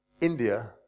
India